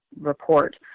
report